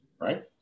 right